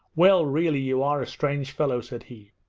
well, really you are a strange fellow said he.